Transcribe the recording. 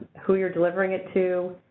who you're delivering it to,